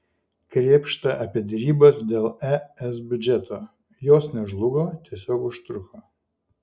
krėpšta apie derybas dėl es biudžeto jos nežlugo tiesiog užtruko